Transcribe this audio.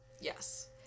yes